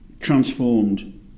transformed